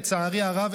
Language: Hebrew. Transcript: לצערי הרב,